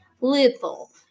little